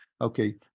Okay